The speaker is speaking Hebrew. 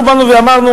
אנחנו אמרנו: